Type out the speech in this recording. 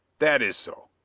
that is so.